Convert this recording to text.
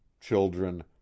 children